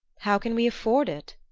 how can we afford it?